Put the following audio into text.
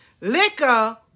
liquor